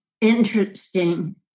interesting